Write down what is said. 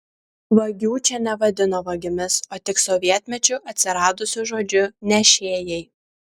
vagių čia nevadino vagimis o tik sovietmečiu atsiradusiu žodžiu nešėjai